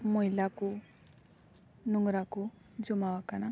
ᱢᱚᱭᱞᱟ ᱠᱚ ᱱᱚᱝᱨᱟ ᱠᱚ ᱡᱚᱢᱟ ᱟᱠᱟᱱᱟ